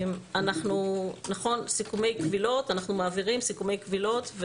אנחנו מעבירים סיכומי קבילות,